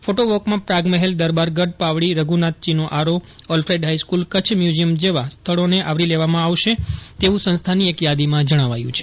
ફોટોવોક્યાં પ્રાગમહેલ દરબારગઢ પાવડી રઘુનાથજીનો આરો ઓલ્લેડ હાઈસ્કુલ કચ્છ થ્યુઝિયમ જેવા સ્થળોને આવરી લેવામાં આવશે તેવું સંસ્થાની એક યાદીમાં જણાવાયું છે